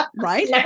Right